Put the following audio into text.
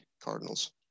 Cardinals